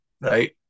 right